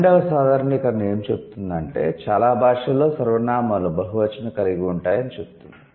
పన్నెండవ సాధారణీకరణ ఏమి చెబుతుందంటే చాలా భాషలలో సర్వనామాలు బహువచనం కలిగి ఉంటాయి అని చెబుతుంది